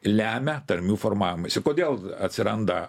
lemia tarmių formavimąsi kodėl atsiranda